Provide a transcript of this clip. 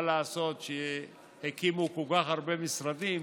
מה לעשות שהקימו כל כך הרבה משרדים,